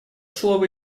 слово